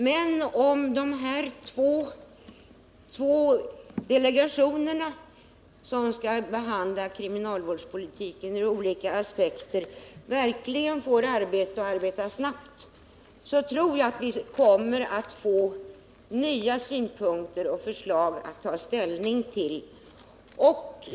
Men om de två delegationer som skall behandla kriminalvårdspolitiken ur olika aspekter verkligen får arbeta, och arbeta snabbt, tror jag att vi kommer att få nya synpunkter och förslag att ta ställning till.